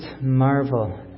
marvel